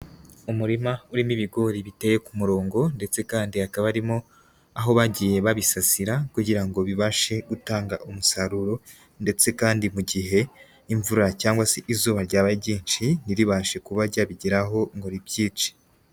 Umurima urimo ibigori biteye ku murongo ndetse kandi hakaba harimo aho bagiye babisasira kugira ngo bibashe gutanga umusaruro ndetse kandi mu gihe imvura cyangwa se izuba ryabaye ryinshi ntiribashe kuba ryabigeraho ngo ribyice.